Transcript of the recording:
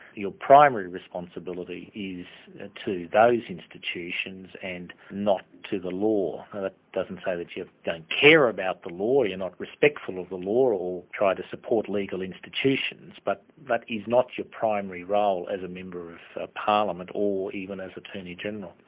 your primary responsibility is to those institutions and not to the law. that doesn't say that you don't care about the law, not respectful of the law or or try to support legal institutions, but that is not your primary role as a member of parliament or even as attorney-general.